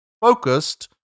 focused